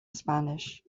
spanish